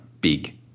big